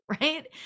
right